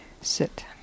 Sit